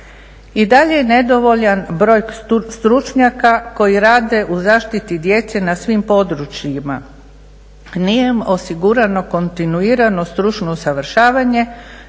I dalje je nedovoljan broj stručnjaka koji rade u zaštiti djece na svim područjima, nije im osigurano kontinuirano stručno usavršavanje,